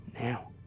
Now